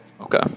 Okay